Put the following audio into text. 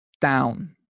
down